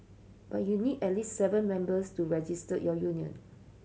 but you need at least seven members to register your union